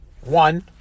one